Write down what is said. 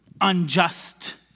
unjust